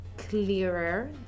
clearer